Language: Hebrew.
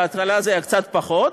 בהתחלה זה היה קצת פחות,